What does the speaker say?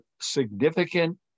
significant